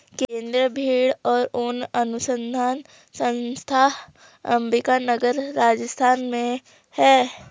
केन्द्रीय भेंड़ और ऊन अनुसंधान संस्थान अम्बिका नगर, राजस्थान में है